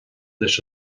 leis